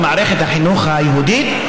במערכת החינוך היהודית,